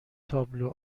تابلو